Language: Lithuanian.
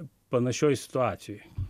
panašioj situacijoj